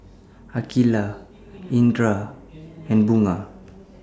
Aqilah Indra and Bunga